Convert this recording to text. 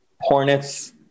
Hornets